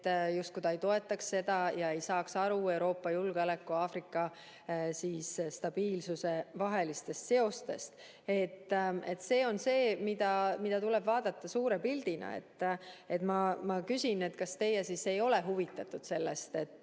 justkui ta ei toetaks seda ja ei saaks aru Euroopa julgeoleku ja Aafrika stabiilsuse vahelistest seostest. See on see, mida tuleb vaadata suure pildina. Ma küsin, kas teie siis ei ole huvitatud sellest, et